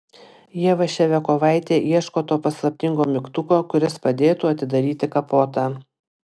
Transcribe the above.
ieva ševiakovaitė ieško to paslaptingo mygtuko kuris padėtų atidaryti kapotą